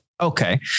Okay